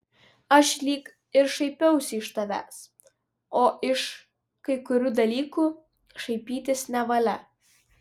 aš lyg ir šaipiausi iš tavęs o iš kai kurių dalykų šaipytis nevalia